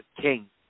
King